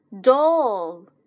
doll